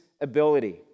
ability